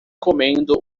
comendo